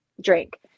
drink